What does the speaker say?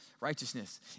righteousness